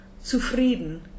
Zufrieden